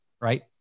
right